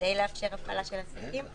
כדי לאפשר הפעלה של עסקים.